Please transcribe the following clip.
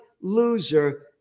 loser